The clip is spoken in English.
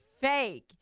fake